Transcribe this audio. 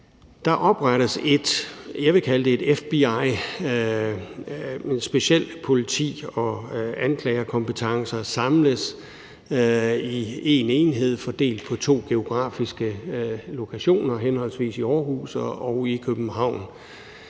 vil kalde et FBI, hvor specialicerede politi- og anklagerkompetencer samles i én enhed fordelt på to geografiske lokationer i henholdsvis Aarhus og København.